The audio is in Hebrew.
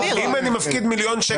עזבו את עולם הפשע.